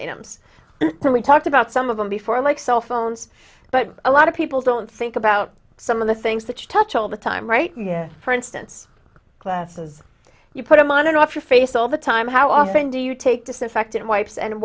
incomes and we talked about some of them before like cell phones but a lot of people don't think about some of the things that you touch all the time right for instance classes you put them on and off your face all the time how often do you take disinfectant wipes and